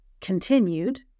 continued